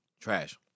Trash